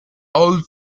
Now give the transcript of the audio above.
all